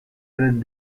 tren